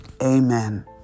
amen